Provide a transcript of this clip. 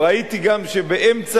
ראיתי גם שבאמצע,